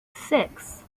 six